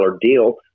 deal